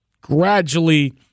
gradually